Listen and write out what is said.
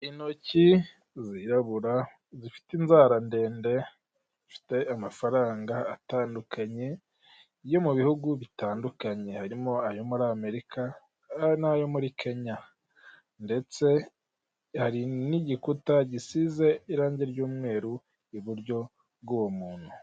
Inoki zirabura zifite inzara ndende zifite amafaranga atandukanye yo mubihugu bitandukanye harimo ayo muri amerika noyo muri kenya ndetse hari n'igikuta gisize irange ry'umweru, iburyo bw'uwo muntu.